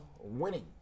winning